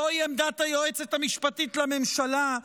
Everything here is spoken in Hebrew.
זוהי עמדת היועצת המשפטית לממשלה,